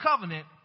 covenant